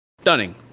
Stunning